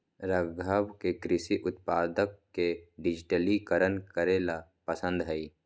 राघव के कृषि उत्पादक के डिजिटलीकरण करे ला पसंद हई